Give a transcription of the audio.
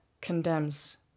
condemns